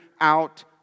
out